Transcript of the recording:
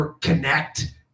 connect